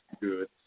good